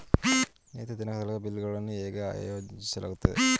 ನಿಗದಿತ ದಿನಾಂಕದೊಳಗೆ ಬಿಲ್ ಗಳನ್ನು ಹೇಗೆ ಆಯೋಜಿಸಲಾಗುತ್ತದೆ?